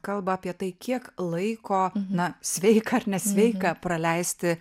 kalba apie tai kiek laiko na sveika ar nesveika praleisti